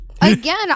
Again